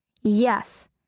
Yes